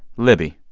libby,